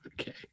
Okay